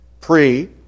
pre